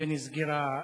והיא נסגרה.